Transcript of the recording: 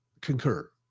concur